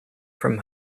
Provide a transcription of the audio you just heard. from